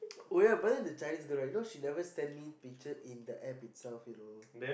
oh ya but then the Chinese girl right you know she never send me picture in the App itself you know